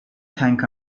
tank